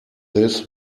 this